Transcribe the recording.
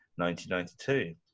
1992